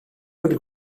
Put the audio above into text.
wedi